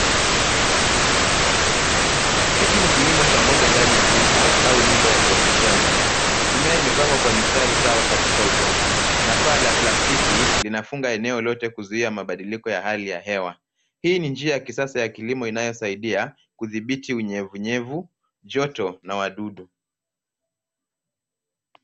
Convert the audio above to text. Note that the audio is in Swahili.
Hiki ni kilimo cha mboga ndani ya greenhouse au nyumba ya kuoteshea mimea. Mimea imepangwa kwa mistari sawa katika udongo na paa la plastiki linafunga eneo lote kuzuia mabadiliko ya hali ya hewa. Hii ni njia ya kisasa ya kilimo inayosaidia kudhibiti unyevunyevu, joto na wadudu.